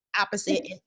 opposite